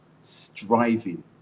striving